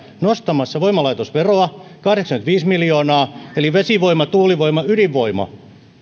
nostamassa voimalaitosveroa kahdeksankymmentäviisi miljoonaa eli vesivoiman tuulivoiman ydinvoiman